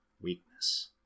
weakness